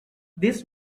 this